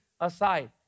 aside